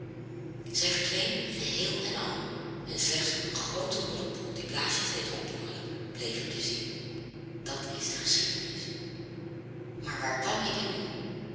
zij verdween geheel en al en slechts een groote modderpoel die blaasjes deed opborrelen bleef er te zien dat is de geschiedenis maar waar kwam inge nu